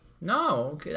No